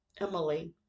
Emily